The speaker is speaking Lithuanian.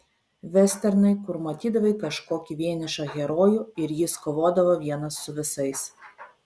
vesternai kur matydavai kažkokį vienišą herojų ir jis kovodavo vienas su visais